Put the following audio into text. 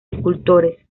escultores